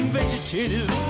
vegetative